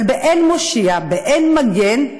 אבל באין מושיע, באין מגן,